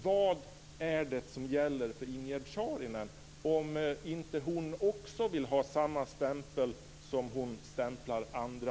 Vad är det som gäller för Ingegerd Saarinen om inte hon också vill ha samma stämpel som hon ger andra?